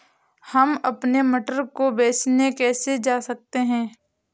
हम अपने मटर को बेचने कैसे जा सकते हैं?